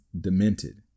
demented